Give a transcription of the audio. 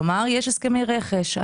כלומר יש הסכמי רכש,